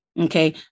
Okay